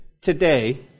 today